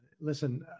listen